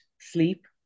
sleep